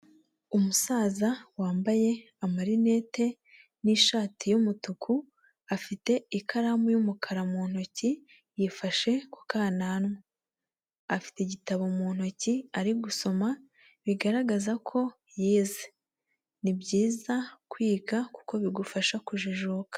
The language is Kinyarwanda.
Umusaza wambaye amarinete n'ishati y'umutuku, afite ikaramu y'umukara mu ntoki, yifashe ku kananwa. Afite igitabo mu ntoki ari gusoma, bigaragaza ko yize. Ni byiza kwiga kuko bigufasha kujijuka.